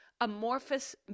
amorphous